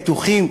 בטוחים,